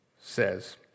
says